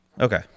Okay